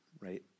right